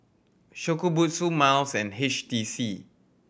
Shokubutsu Miles and H T C